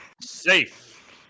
Safe